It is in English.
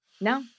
No